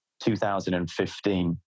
2015